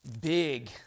big